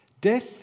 Death